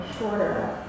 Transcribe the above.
shorter